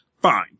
Fine